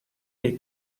they